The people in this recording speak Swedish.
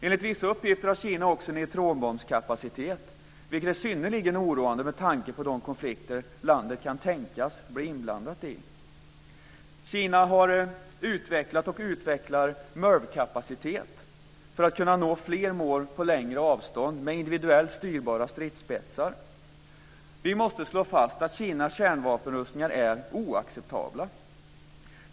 Enligt vissa uppgifter har Kina också neutronbombskapacitet, vilket är synnerligen oroande, med tanke på de konflikter landet kan tänkas bli inblandat i. Kina har utvecklat och utvecklar MIRV-kapacitet för att kunna nå fler mål på längre avstånd med individuellt styrbara stridsspetsar. Vi måste slå fast att Kinas kärnvapenrustningar är oacceptabla.